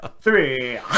three